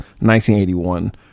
1981